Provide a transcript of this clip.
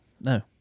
No